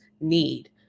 need